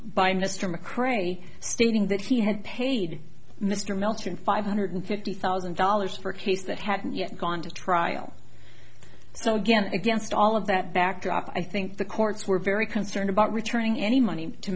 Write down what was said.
by mr mccray stating that he had paid mr milton five hundred fifty thousand dollars for a case that hadn't yet gone to trial so again against all of that backdrop i think the courts were very concerned about returning any money to